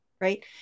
Right